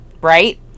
right